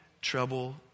trouble